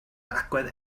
agwedd